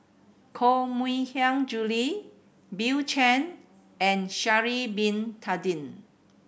Koh Mui Hiang Julie Bill Chen and Sha'ari Bin Tadin